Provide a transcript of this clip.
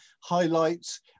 highlights